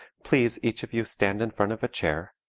please each of you stand in front of a chair,